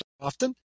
often